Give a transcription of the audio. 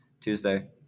Tuesday